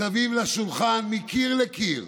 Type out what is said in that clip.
מסביב לשולחן, מקיר לקיר,